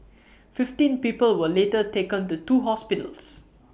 fifteen people were later taken to two hospitals